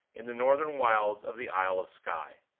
in the northern wilds of the isle of skye.